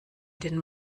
den